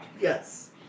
Yes